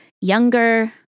younger